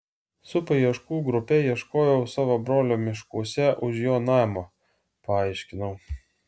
su paieškų grupe ieškojau savo brolio miškuose už jo namo paaiškinau